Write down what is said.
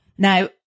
Now